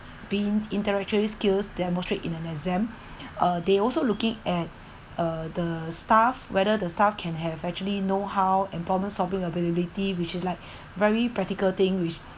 been intellectually skills demonstrate in an exam uh they also looking at uh the staff whether the staff can have actually know how and problem solving ability which is like very practical thing which